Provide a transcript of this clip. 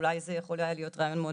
אולי זה היה יכול להיות רעיון מאוד